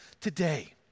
today